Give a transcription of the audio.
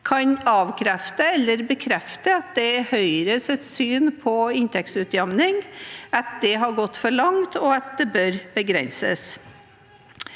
kan avkrefte eller bekrefte at det er Høyres syn på inntektsutjamning, at det har gått for langt, og at det bør begrenses.